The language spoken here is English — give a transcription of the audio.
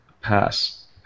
Pass